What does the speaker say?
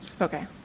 Okay